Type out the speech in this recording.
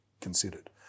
considered